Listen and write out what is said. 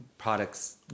products